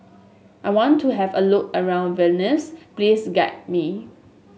I want to have a look around Vilnius please guide me